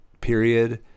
period